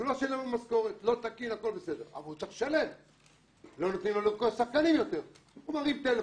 לא צריך "לא", אלא "משרד התרבות